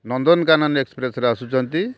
ନନ୍ଦନକାନନ ଏକ୍ସପ୍ରେସ୍ରେ ଆସୁଛନ୍ତି